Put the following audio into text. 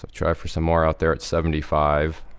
but try for some more out there at seventy five.